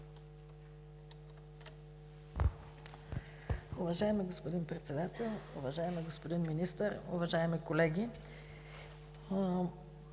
Уважаеми господин Председател, уважаеми господин Министър, уважаеми колеги!